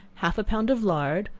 half a pound of lard,